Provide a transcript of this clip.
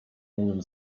mogłem